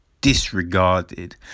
disregarded